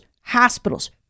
hospitals